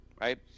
right